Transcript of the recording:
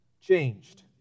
changed